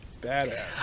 Badass